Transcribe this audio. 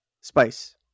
Spice